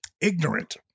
ignorant